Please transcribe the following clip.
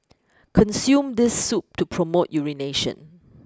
consume this soup to promote urination